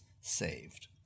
saved